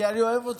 כי אני אוהב אותך.